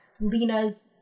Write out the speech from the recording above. Lena's